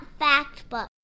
Factbook